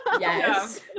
Yes